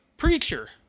preacher